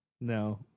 No